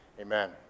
Amen